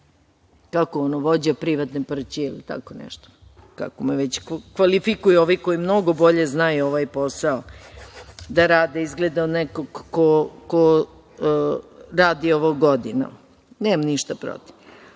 kako ono - vođa privatne prćije i tako nešto, kako me već kvalifikuju ovi koji mnogo bolje znaju ovaj posao da rade, izgleda od nekoga ko radi ovo godinama. Nemam ništa protiv,